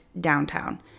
downtown